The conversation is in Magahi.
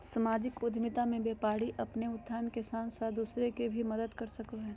सामाजिक उद्द्मिता मे व्यापारी अपने उत्थान के साथ साथ दूसर के भी मदद करो हय